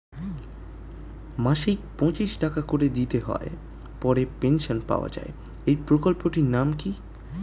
মাসিক পঁচিশ টাকা করে দিতে হয় পরে পেনশন পাওয়া যায় এই প্রকল্পে টির নাম কি?